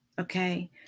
Okay